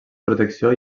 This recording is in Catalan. protecció